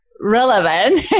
Relevant